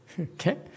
Okay